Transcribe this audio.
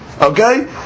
Okay